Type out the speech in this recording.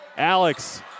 Alex